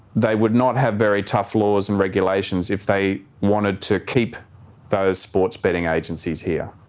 they would not have very tough laws and regulations if they wanted to keep those sports betting agencies here.